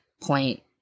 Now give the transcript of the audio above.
point